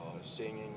singing